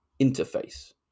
interface